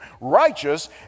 righteous